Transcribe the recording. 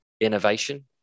innovation